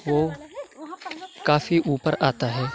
وہ کافی اوپر آتا ہے